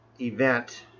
event